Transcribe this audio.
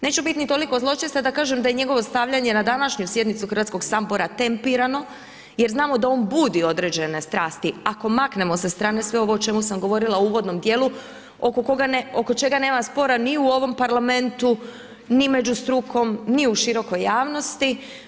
Neću biti ni toliko zločesta, da kažem, da i njegovo stavljanje na današnju sjednicu Hrvatskog sabora tempirano, jer znamo da on budi određene strasti, ako maknemo sa strane sve ovo o čemu sam govorila o uvodnom dijelu, oko čega nema spora ni u ovom Parlamentu, ni među strukom, ni u širokoj javnosti.